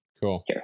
Cool